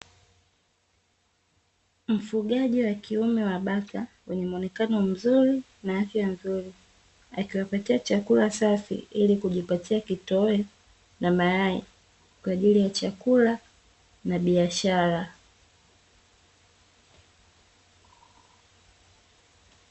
Mfugaji wa kiume wa bata wenye muonekano mzuri na afya nzuri, akiwapatia chakula safi ili kujipatia kitoweo na mayai kwaajili ya chakula na biashara.